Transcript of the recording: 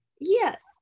Yes